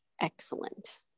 excellent